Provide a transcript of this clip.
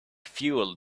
fuel